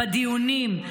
בדיונים.